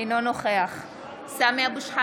אינו נוכח שקט.